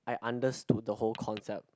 I understood the whole concept